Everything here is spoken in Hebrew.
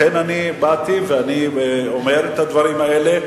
לכן אני באתי ואני אומר את הדברים האלה.